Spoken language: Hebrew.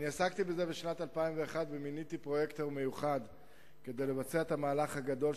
עסקתי בזה בשנת 2001 ומיניתי פרויקטור מיוחד כדי לבצע את המהלך הגדול,